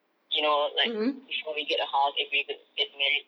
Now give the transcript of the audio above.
you know like before we get a house if we could get to married